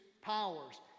powers